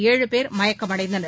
ஏழு பேர் மயக்கமடைந்தனர்